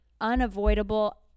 unavoidable